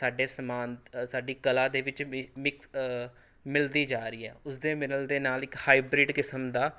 ਸਾਡੇ ਸਮਾਨ ਸਾਡੀ ਕਲਾ ਦੇ ਵਿੱਚ ਵੀ ਮਿਕ ਮਿਲਦੀ ਜਾ ਰਹੀ ਹੈ ਉਸਦੇ ਮਿਲਣ ਦੇ ਨਾਲ ਇੱਕ ਹਾਈਬਰਿਡ ਕਿਸਮ ਦਾ